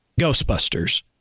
Ghostbusters